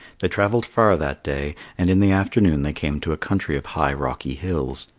they travelled far that day, and in the afternoon they came to a country of high rocky hills.